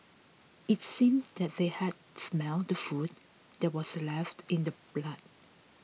it seemed that they had smelt the food that was left in the blood